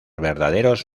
verdaderos